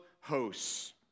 hosts